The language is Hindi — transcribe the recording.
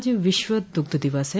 आज विश्व दुग्ध दिवस है